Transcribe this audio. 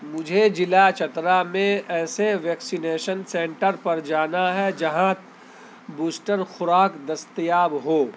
مجھے جلع چترا میں ایسے ویکسینیشن سینٹر پر جانا ہے جہاں بوسٹر خوراک دستیاب ہو